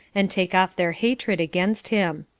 and take off their hatred against him.